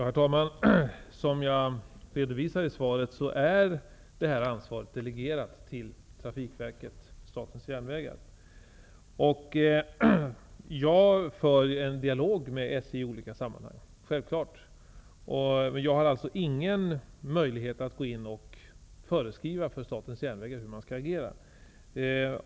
Herr talman! Som jag redovisar i svaret är ansvaret delegerat till trafikverket Statens järnvägar. Jag för en dialog med SJ i olika sammanhang. Men jag har ingen möjlighet att gå in och föreskriva hur Statens järnvägar skall agera.